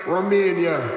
Romania